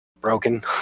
broken